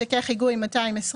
משכך היגוי-220.